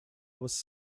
was